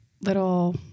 little